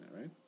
right